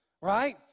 right